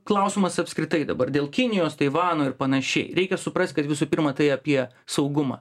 klausimas apskritai dabar dėl kinijos taivano ir panašiai reikia suprast kad visų pirma tai apie saugumą